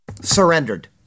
surrendered